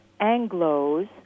Anglos